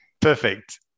Perfect